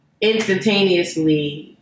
instantaneously